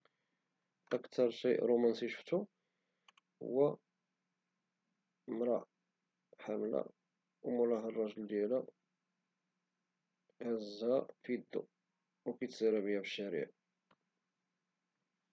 اكثر شيء رومنسي شتو هو مرا حاملة وموراها الرجل ديالها هازها بيدو وكيتسارا بها في الشارع